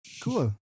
Cool